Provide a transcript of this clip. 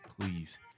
please